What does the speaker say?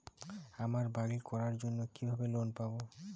আমি বাড়ি করার জন্য কিভাবে লোন পাব?